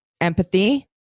Empathy